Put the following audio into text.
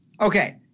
Okay